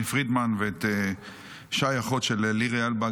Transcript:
פרידמן ואת שי ואת אחות של לירי אלבג,